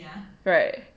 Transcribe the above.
right